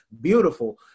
beautiful